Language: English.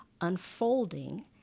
unfolding